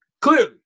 Clearly